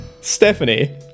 Stephanie